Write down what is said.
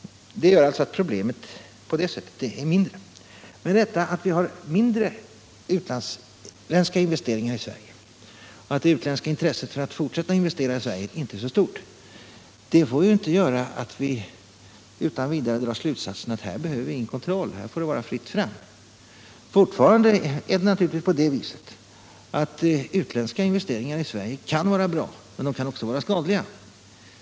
Detta problem är på det sättet mindre, men det förhållandet att utländska investeringar i Sverige minskar och att det utländska intresset för att fortsätta att investera i Sverige över huvud taget inte är särskilt stort får inte medföra att vi utan vidare drar slutsatsen att det inte behövs någon kontroll utan att det är fritt fram. Fortfarande är det på det viset att utländska investeringar i Sverige kan vara bra, men de kan också vara skadliga.